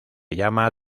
llama